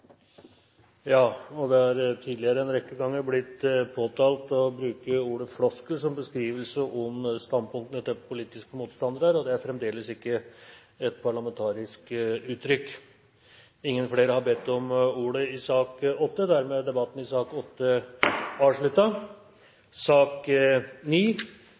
Det har tidligere en rekke ganger blitt påtalt når en bruker ordet «floskel» som beskrivelse av standpunktene til politiske motstandere. Det er fremdeles ikke et parlamentarisk uttrykk. Flere har ikke bedt om ordet til sak nr. 8. Ingen har bedt om ordet. Da er